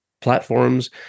platforms